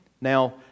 Now